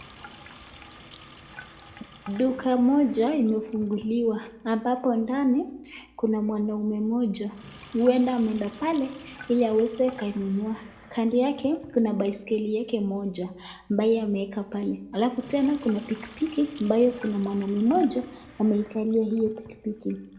Duka moja imefunguliwa ambapo ndani kuna mwanaume mmoja. Huenda ameenda pale ili aweze kainunua. Kando yake kuna baiskeli yake moja ambayo ameweka pale. Alafu tena kuna pikipiki ambayo kuna mwanaume mmoja ameikalia hiyo pikipiki.